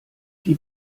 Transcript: die